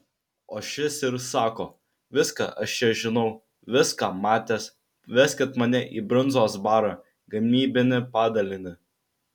o šis ir sako viską aš čia žinau viską matęs veskit mane į brundzos barą gamybinį padalinį